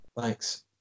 Thanks